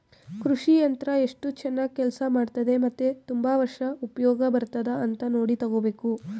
ಕೃಷಿ ಯಂತ್ರ ಎಸ್ಟು ಚನಾಗ್ ಕೆಲ್ಸ ಮಾಡ್ತದೆ ಮತ್ತೆ ತುಂಬಾ ವರ್ಷ ಉಪ್ಯೋಗ ಬರ್ತದ ಅಂತ ನೋಡಿ ತಗೋಬೇಕು